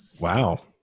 Wow